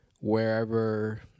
wherever